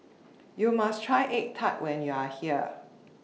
YOU must Try Egg Tart when YOU Are here